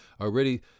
already